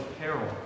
peril